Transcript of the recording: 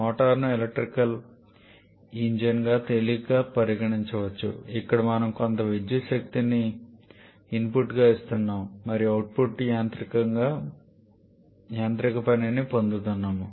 మోటారును ఎలక్ట్రికల్ ఇంజిన్గా తేలికగా పరిగణించవచ్చు ఇక్కడ మనము కొంత విద్యుత్ శక్తిని ఇన్పుట్గా ఇస్తున్నాము మరియు అవుట్పుట్గా యాంత్రిక పనిని పొందుతున్నాము